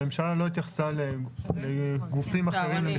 הממשלה לא התייחסה אליהם, לגופים אחרים.